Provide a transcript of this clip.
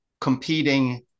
competing